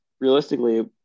realistically